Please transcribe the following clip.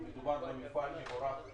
מדובר במפעל מבורך,